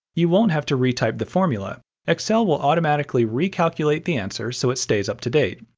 you won't have to re-type the formula excel will automatically recalculate the answer so it stays up-to-date.